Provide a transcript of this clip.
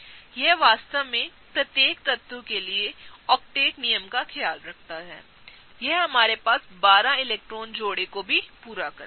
यह वास्तव में प्रत्येक तत्व के लिए ऑक्टेट नियम का ख्याल रखता हैयह हमारे 12 इलेक्ट्रॉन जोड़े को भी पूरा करता है